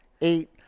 eight